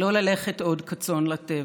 לא ללכת עוד כצאן לטבח,